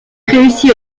réussit